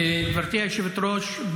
גברתי היושבת-ראש,